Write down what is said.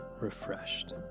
refreshed